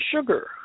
sugar